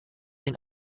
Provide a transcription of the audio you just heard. den